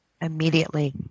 immediately